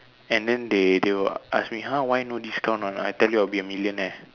and then they they will ask me !huh! why no discount one I tell you I'll be a millionaire